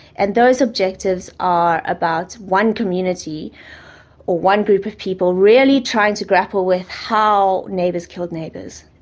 and those objectives are about one community or one group of people really trying to grapple with how neighbours killed neighbours.